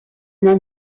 then